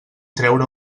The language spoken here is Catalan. treure